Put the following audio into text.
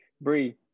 Bree